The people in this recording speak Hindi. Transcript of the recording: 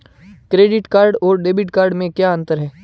क्रेडिट कार्ड और डेबिट कार्ड में क्या अंतर है?